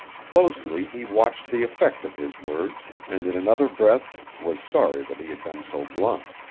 closely he watched the effect of his words and in another breath was sorry that he had been so blunt.